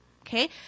okay